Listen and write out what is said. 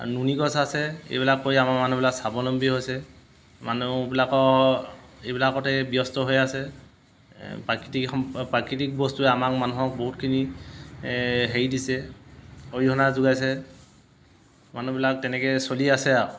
নুনিগছ আছে এইবিলাক কৰি আমাৰ মানুহবিলাক স্বাৱলম্বী হৈছে মানুহবিলাকৰ এইবিলাকতে ব্যস্ত হৈ আছে প্ৰাকৃতিক সম্পদ প্ৰাকৃতিক বস্তুৱে আমাক মানুহক বহুতখিনি হেৰি দিছে অৰিহণা যোগাইছে মানুহবিলাক তেনেকৈ চলি আছে আৰু